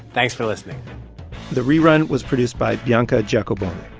thanks for listening the rerun was produced by bianca giacabone.